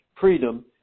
freedom